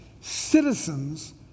citizens